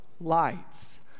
lights